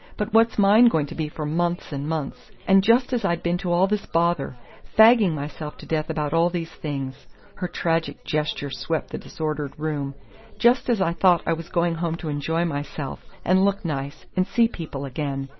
but what's mine going to be for months and months? and just as i'd been to all this bother fagging myself to death about all these things her tragic gesture swept the disordered room just as i thought i was going home to enjoy myself, and look nice, and see people again,